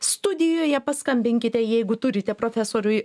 studijoje paskambinkite jeigu turite profesoriui